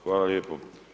Hvala lijepo.